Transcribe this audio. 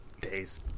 Days